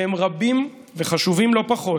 והם רבים וחשובים לא פחות,